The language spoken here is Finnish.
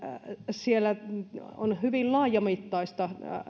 siellä on hyvin laajamittaista